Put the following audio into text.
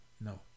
No